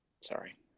sorry